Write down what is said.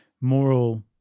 moral